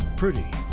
pretty,